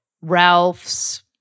Ralph's